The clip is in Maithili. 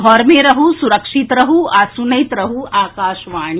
घर मे रहू सुरक्षित रहू आ सुनैत रहू आकाशवाणी